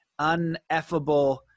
uneffable